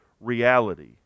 reality